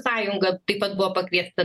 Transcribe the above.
sąjunga taip pat buvo pakviesta